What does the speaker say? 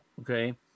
Okay